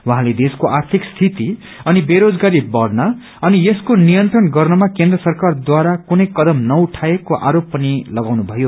उहाँले देशको आर्थिक स्थिति अनि बेरोजगारी बढ़न अनि यसको नियन्त्रण गर्नमा केन्द्र सरकारहारा कुनै कदम नउठाइएको आरोप पनि लगाउनु भयो